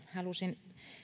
halusin